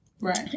Right